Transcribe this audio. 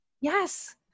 Yes